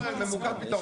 ממוקד פתרון.